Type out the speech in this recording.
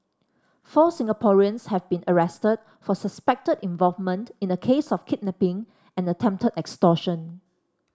four Singaporeans have been arrested for suspected involvement in a case of kidnapping and attempted extortion